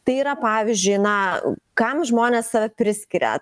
tai yra pavyzdžiui na kam žmonės save priskiria